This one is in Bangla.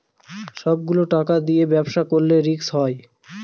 সব গুলো টাকা দিয়ে ব্যবসা করলে রিস্ক হয়